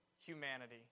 humanity